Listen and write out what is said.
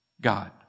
God